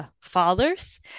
fathers